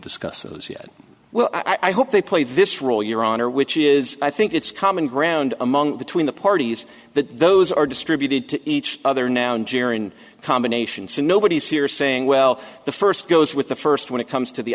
discusses it well i hope they play this role your honor which is i think it's common ground among between the parties that those are distributed to each other now in jaron combinations and nobody's here saying well the first goes with the first when it comes to the